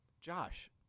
Josh